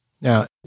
Now